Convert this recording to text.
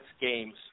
games